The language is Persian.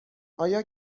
آیا